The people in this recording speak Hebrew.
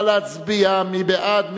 נא להצביע, מי בעד?